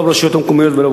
לא ברשויות המקומיות ולא,